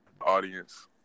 audience